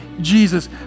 Jesus